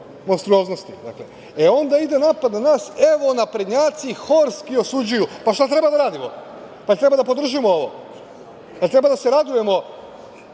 monstruoznosti, onda ide napad na nas – evo naprednjaci horski osuđuju. Šta treba da radimo? Jel treba da podržimo ovo? Jel treba da se radujemo